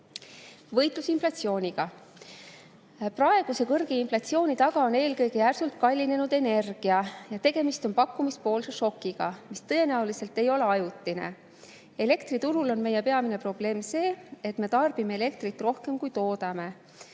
Võitlus inflatsiooniga. Praeguse kõrge inflatsiooni taga on eelkõige järsult kallinenud energia. Tegemist on pakkumispoolse šokiga, mis tõenäoliselt ei ole ajutine. Elektriturul on meie peamine probleem see, et me tarbime elektrit rohkem, kui toodame.